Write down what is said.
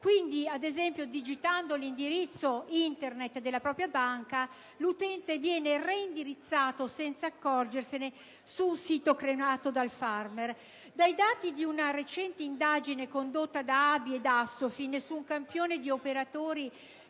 Quindi, ad esempio, digitando l'indirizzo Internet della propria banca, l'utente viene reindirizzato, senza accorgersene, su un sito creato dal *pharmer*. Dai dati di una recente indagine condotta da ABI ed ASSOFIN su un campione di operatori,